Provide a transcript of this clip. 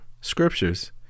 scriptures